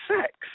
sex